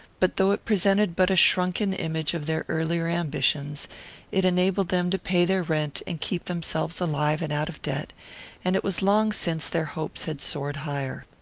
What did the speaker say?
but though it presented but a shrunken image of their earlier ambitions it enabled them to pay their rent and keep themselves alive and out of debt and it was long since their hopes had soared higher.